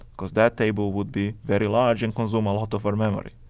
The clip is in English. because that table would be very large and consume a lot of our memory.